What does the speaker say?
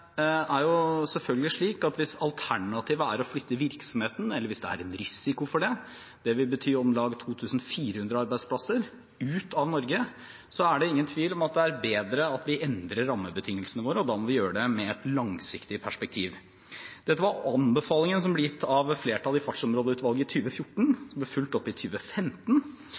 er selvfølgelig slik at hvis alternativet er å flytte virksomheten, eller hvis det er en risiko for det – det vil bety om lag 2 400 arbeidsplasser ut av Norge – er det ingen tvil om at det er bedre at vi endrer rammebetingelsene våre, og da må vi gjøre det med et langsiktig perspektiv. Dette var anbefalingen som ble gitt av flertallet i fartsområdeutvalget i 2014, og som ble fulgt opp i